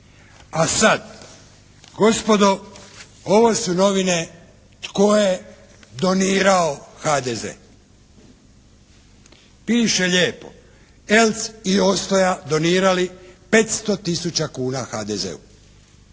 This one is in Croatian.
A sad gospodo ovo su novine tko je donirao HDZ. Piše lijepo ELC i Ostoja donirali 500 tisuća kuna HDZ-u.